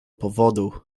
powodu